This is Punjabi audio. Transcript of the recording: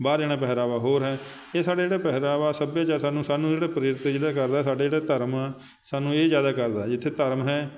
ਬਾਹਰ ਜਾਣਾ ਪਹਿਰਾਵਾ ਹੋਰ ਹੈ ਇਹ ਸਾਡੇ ਜਿਹੜੇ ਪਹਿਰਾਵਾ ਸੱਭਿਆਚਾਰ ਸਾਨੂੰ ਸਾਨੂੰ ਜਿਹੜਾ ਪ੍ਰੇਰਿਤ ਕਰਦਾ ਸਾਡੇ ਜਿਹੜੇ ਧਰਮ ਆ ਸਾਨੂੰ ਇਹ ਜ਼ਿਆਦਾ ਕਰਦਾ ਜਿੱਥੇ ਧਰਮ ਹੈ